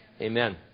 amen